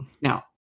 Now